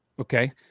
Okay